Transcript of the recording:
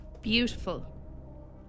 Beautiful